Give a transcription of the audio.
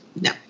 no